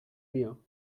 mir